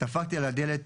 דפקתי על הדלת,